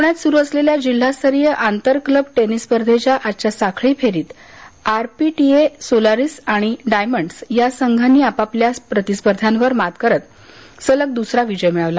पुण्यात सुरु असलेल्या जिल्हास्तरीय आंतर क्लब टेनिस स्पर्धेच्या आजच्या साखळी फेरीत आरपीटीए सोलारिस आणि डायमंडस या संघानी आपापल्या प्रतिस्पर्ध्यांवर मात करत सलग द्सरा विजय मिळवला